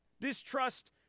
distrust